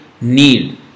need